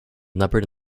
numbered